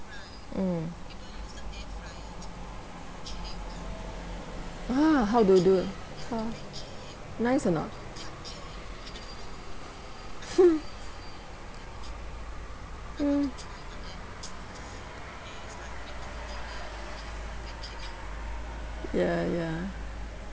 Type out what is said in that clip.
mm !huh! how to do how nice or not mm ya ya